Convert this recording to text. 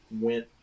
went